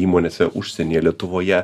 įmonėse užsienyje lietuvoje